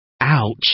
Ouch